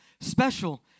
special